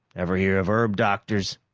ever hear of herb doctors?